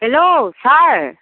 hello sir